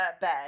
bed